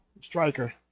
Striker